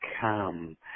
come